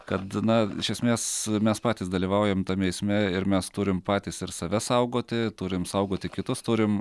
kad na iš esmės mes patys dalyvaujam tam eisme ir mes turim patys ir save saugoti turim saugoti kitus turim